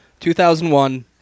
2001